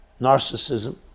Narcissism